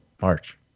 March